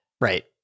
Right